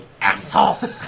asshole